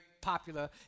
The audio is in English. popular